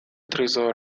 trésor